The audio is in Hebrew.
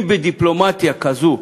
אם בדיפלומטיה כזאת,